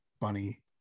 Bunny